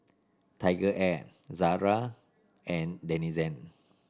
TigerAir Zara and Denizen